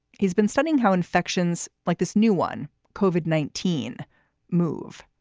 he's been studying how infections like this new one covered nineteen move.